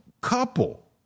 couple